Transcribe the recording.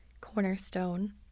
cornerstone